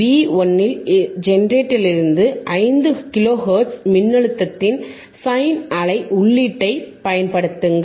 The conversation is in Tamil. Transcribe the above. வி 1 இல் ஜெனரேட்டரிலிருந்து 5 கிலோஹெர்ட்ஸ் மின்னழுத்தத்தின் சைன் அலை உள்ளீட்டைப் பயன்படுத்துங்கள்